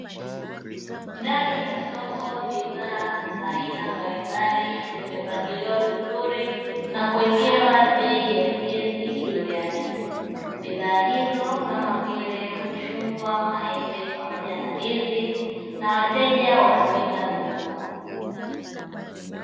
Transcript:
Ndani ya soko bidhaa za aina mbalimbali zimepangiliwa vizuri na kuwekewa bei elekezi juu yake. Bidhaa hizo kama vile machungwa, maembe pamoja na ndizi na wateja wanapita kununua.